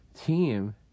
team